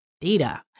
data